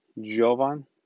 Jovan